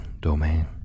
domain